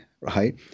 right